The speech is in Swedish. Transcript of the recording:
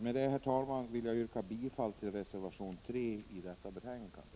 Med detta, herr talman, vill jag yrka bifall till reservation 3 i detta betänkande.